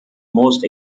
most